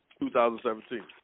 2017